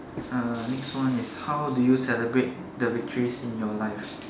uh next one is how do you celebrate the victories in your life